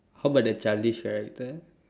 how about the childish character